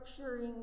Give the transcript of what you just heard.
structuring